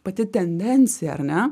pati tendencija ar ne